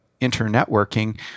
inter-networking